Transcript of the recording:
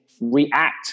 react